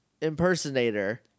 impersonator